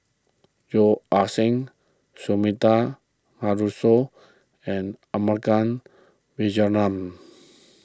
Yeo Ah Seng Sumida Haruzo and